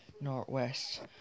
Northwest